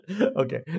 Okay